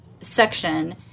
section